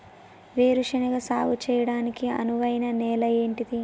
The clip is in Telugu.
వేరు శనగ సాగు చేయడానికి అనువైన నేల ఏంటిది?